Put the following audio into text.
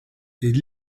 est